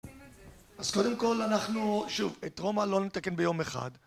אז קודם כל אנחנו, שוב, את רומא לא נתקן ביום אחד